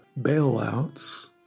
bailouts